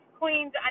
queens